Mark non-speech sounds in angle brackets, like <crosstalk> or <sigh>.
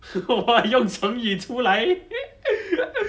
!wah! 用成语出来 <laughs>